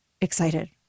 excited